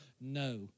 No